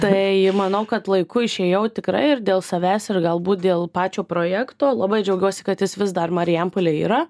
tai manau kad laiku išėjau tikrai ir dėl savęs ir galbūt dėl pačio projekto labai džiaugiuosi kad jis vis dar marijampolėj yra